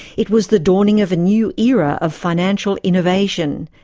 it was the dawning of a new era of financial innovation,